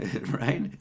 right